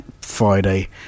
Friday